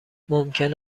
ممکن